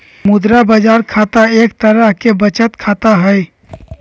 मुद्रा बाजार खाता एक तरह के बचत खाता हई